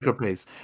pace